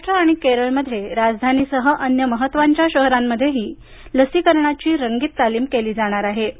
महाराष्ट्र आणि केरळमध्ये राजधानीसह अन्य महत्त्वाच्या शहरांमध्येही लसीकरणाची रंगीत तालीम केली जाणार आहे